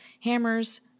hammers